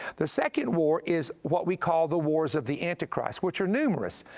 the second war is what we call the wars of the antichrist, which are numerous,